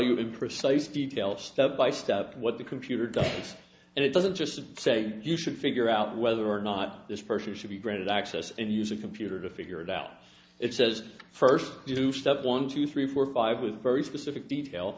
you in precise detail step by step what the computer does and it doesn't just say you should figure out whether or not this person should be granted access and use a computer to figure it out it says first step one two three four five with very specific detail